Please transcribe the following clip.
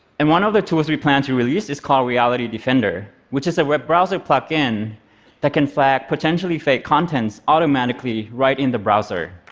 and one of the tools we plan to release is called reality defender, which is a web-browser plug-in that can flag potentially fake content automatically, right in the browser.